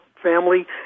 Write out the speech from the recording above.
Family